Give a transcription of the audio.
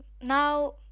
Now